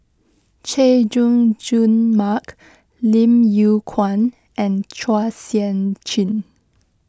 Chay Jung Jun Mark Lim Yew Kuan and Chua Sian Chin